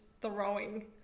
throwing